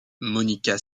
monica